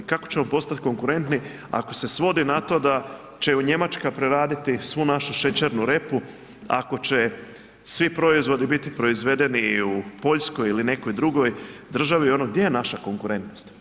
Kako ćemo postati konkurentni ako se svodi na to da će Njemačka preraditi svu našu šećernu repu, ako će svi proizvodi biti proizvedeni u Poljskoj ili u nekoj drugoj državi ono gdje je naša konkurentnost?